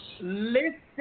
listen